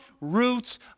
roots